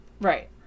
Right